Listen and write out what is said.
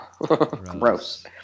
Gross